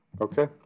Okay